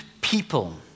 people